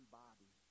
body